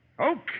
okay